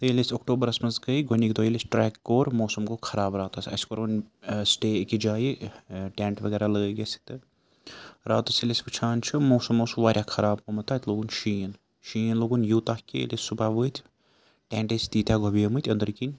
تہٕ ییٚلہِ أسۍ اکٹوٗبَرَس منٛز گٔے گۄڈٕنِک دۄہ ییٚلہِ اسہِ ٹرٛٮ۪ک کوٚر موسم گوٚو خراب راتَس اَسہِ کوٚرُن سِٹے أکِس جایہِ ٹٮ۪نٛٹ وغیرہ لٲگۍ اَسہِ تہٕ راتَس ییٚلہِ أسۍ وُچھان چھُ موسم اوس واریاہ خراب گوٚمُت تہٕ اَتہِ لوگُن شیٖن شیٖن لوگُن یوٗتاہ کہِ ییٚلہِ صُبح ؤتھۍ ٹٮ۪نٛٹ ٲسۍ تیٖتاہ گۄبیمٕتۍ أنٛدٕرۍ کِنۍ